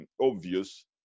obvious